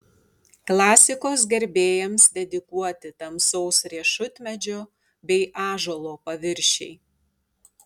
klasikos gerbėjams dedikuoti tamsaus riešutmedžio bei ąžuolo paviršiai